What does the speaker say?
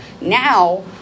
now